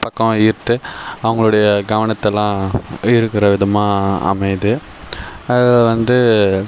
பக்கம் ஈர்த்து அவங்களுடைய கவனத்தெல்லாம் ஈர்க்கிற விதமாக அமையுது அது வந்து